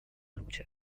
luce